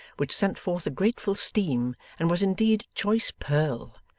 which sent forth a grateful steam, and was indeed choice purl,